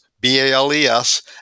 B-A-L-E-S